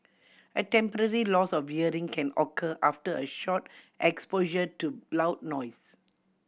a temporary loss of can occur after a short exposure to loud noise